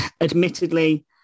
admittedly